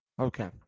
Okay